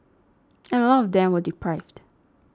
and a lot of them were deprived